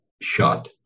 shot